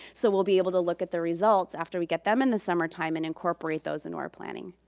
so we'll be able to look at the results after we get them in the summertime and incorporate those into our planning.